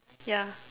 yeah